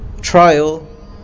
trial